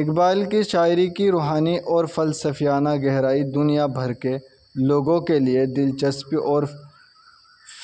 اقبال کی شاعری کی روحانی اور فلسفیانہ گہرائی دنیا بھر کے لوگوں کے لیے دلچسپی اور